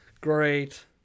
Great